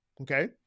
okay